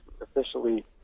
Officially